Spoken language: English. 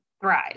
thrive